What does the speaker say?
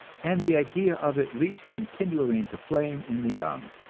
and the idea of it leaps continually into flame in the young.